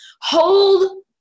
hold